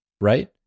right